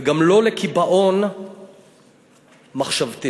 וגם לא לקיבעון מחשבתי.